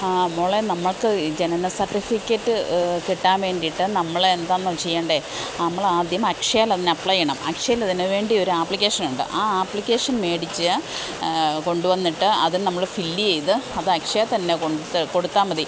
ആ മോളെ നമ്മൾക്ക് ജനന സർട്ടിഫിക്കറ്റ് കിട്ടാൻ വേണ്ടിയിട്ട് നമ്മൾ എന്താന്നൊ ചെയ്യേണ്ടത് നമ്മൾ ആദ്യം അക്ഷയയിൽ അതിന് അപ്ലെ ചെയ്യണം അക്ഷയിൽ അതിന് വേണ്ടി ഒരു ആപ്ലിക്കേഷനുണ്ട് ആ ആപ്ലിക്കേഷൻ മേടിച്ച് കൊണ്ടു വന്നിട്ട് അതിന് നമ്മൾ ഫിൽ ചെയ്തു അപ്പം അക്ഷയയിൽ തന്നെ കൊടുത്താൽ മതി